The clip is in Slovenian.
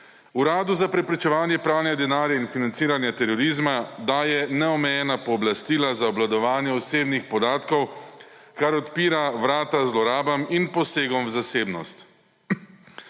Uradu za preprečevanje pranja denarja in financiranja terorizma daje neomejena pooblastila za obvladovanje osebnih podatkov, kar odpira vrata zlorabam in posegom v zasebnost.